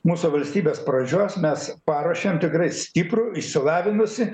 mūsų valstybės pradžios mes paruošėm tikrai stiprų išsilavinusį